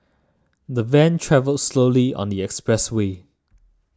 the van travelled slowly on the expressway